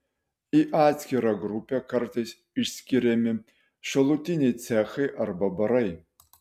į atskirą grupę kartais išskiriami šalutiniai cechai arba barai